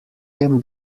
can